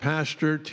Pastor